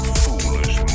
foolish